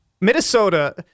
Minnesota